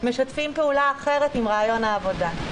משתפים פעולה אחרת עם רעיון העבודה.